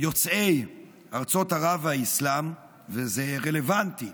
יוצאי ארצות ערב והאסלאם, וזה רלוונטי